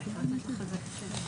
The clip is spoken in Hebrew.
בבקשה.